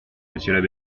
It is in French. monsieur